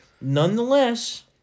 Nonetheless